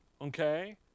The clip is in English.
Okay